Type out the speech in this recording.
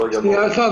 בסדר גמור.